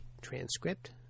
transcript